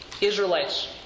Israelites